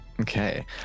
Okay